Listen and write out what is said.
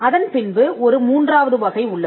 அதன்பின் ஒரு மூன்றாவது வகை உள்ளது